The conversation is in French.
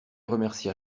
remercia